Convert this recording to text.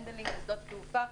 אנשי הנדלינג שדות התעופה,